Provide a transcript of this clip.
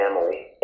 family